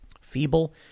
Feeble